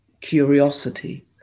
Curiosity